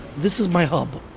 this is my hub.